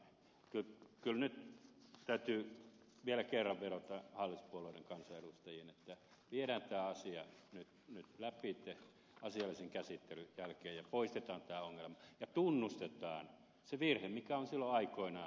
kyllä nyt täytyy vielä kerran vedota hallituspuolueiden kansanedustajiin että viedään tämä asia nyt läpi asiallisen käsittelyn jälkeen ja poistetaan tämä ongelma ja tunnustetaan se virhe mikä on silloin aikoinaan tehty